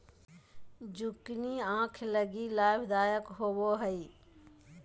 zucchini आंख लगी लाभदायक होबो हइ